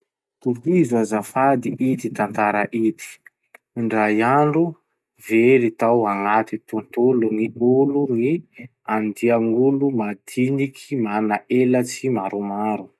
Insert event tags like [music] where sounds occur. Tohizo azafady ity tantara ity: indray andro, very tao agnaty tontolon'ny [noise] olo gny andiagn'olo madiniky mana elatsy maromaro.